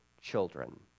children